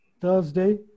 Thursday